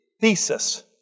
Thesis